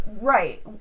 Right